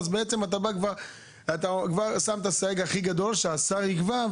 אתה כבר שם את הסייג הכי גדול שאומר: השר יקבע.